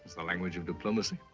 the language of diplomacy?